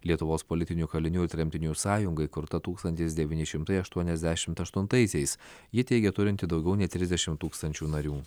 lietuvos politinių kalinių ir tremtinių sąjunga įkurta tūkstantis devyni šimtai aštuoniasdešimt aštuntaisiais ji teigia turinti daugiau nei trisdešim tūkstančių narių